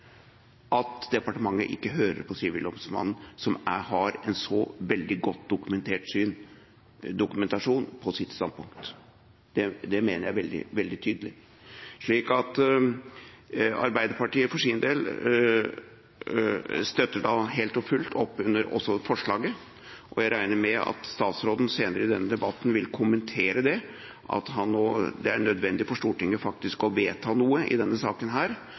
at departementet ikke hører på Sivilombudsmannen som har en så veldig god dokumentasjon for sitt standpunkt. Det mener jeg veldig tydelig. Så Arbeiderpartiet for sin del støtter helt og fullt opp under forslaget, og jeg regner med at statsråden senere i denne debatten vil kommentere det, at det er nødvendig for Stortinget faktisk å vedta noe i denne saken